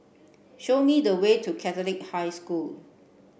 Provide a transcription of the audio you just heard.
show me the way to Catholic High School